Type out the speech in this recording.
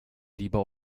lieber